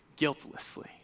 guiltlessly